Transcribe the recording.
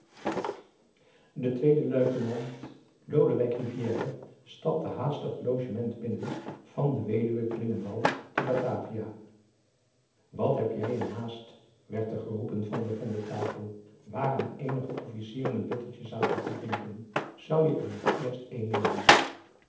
de tweede luitenant lodewijk rivière stapte haastig het logement binnen van de weduwe klingendal te batavia wat heb jij n haast werd er geroepen van de ronde tafel waaraan eenige officieren n bittertje zaten te drinken zou je er niet eerst één nemen